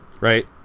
Right